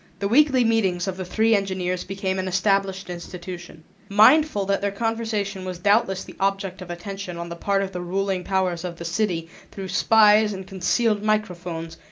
the weekly meetings of the three engineers became an established institution. mindful that their conversation was doubtless the object of attention on the part of the ruling powers of the city through spies and concealed microphones,